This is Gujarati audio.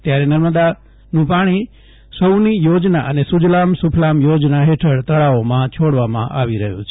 ત્યારે નર્મદાનું પાણી સૌની યોજના અને સુજલામ સુફલામ યોજના હેઠળ તળાવોમાં છોડવામાં આવી રહ્યું છે